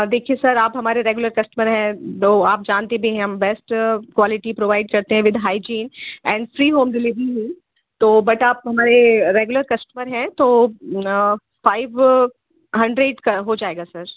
देखिए सर आप हमारे रेगुलर कस्टमर हैं तो आप जानते भी हैं हम बेस्ट क्वालिटी प्रोवाइड करते हैं with hygiene and free home delivery हुई तो बट आप हमारे रेगुलर कस्टमर हैं तो फाइव हन्ड्रेड का हो जाएगा सर